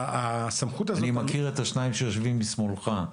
אני מכיר את השניים שיושבים משמאלך.